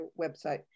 website